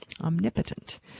omnipotent